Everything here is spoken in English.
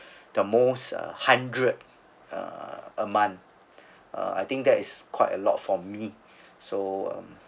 the most uh hundred uh a month uh I think that's quite a lot for me so um